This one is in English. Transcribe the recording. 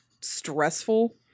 stressful